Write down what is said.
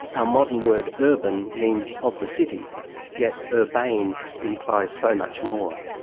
our modern word urban means of the city yet urbane implies so much more.